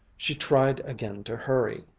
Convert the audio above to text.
she tried again to hurry,